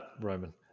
Roman